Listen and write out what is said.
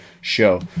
show